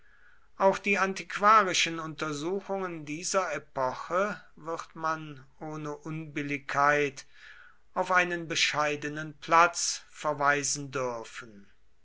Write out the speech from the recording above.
auch die antiquarischen untersuchungen dieser epoche wird man ohne unbilligkeit auf einen bescheidenen platz verweisen dürfen